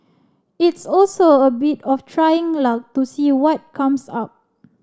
it's also a bit of trying luck to see what comes up